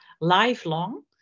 lifelong